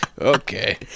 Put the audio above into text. Okay